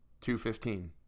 Two-fifteen